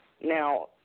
Now